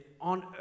on